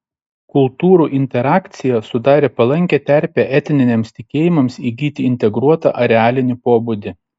kultūrų interakcija sudarė palankią terpę etniniams tikėjimams įgyti integruotą arealinį pobūdį